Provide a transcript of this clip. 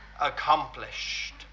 accomplished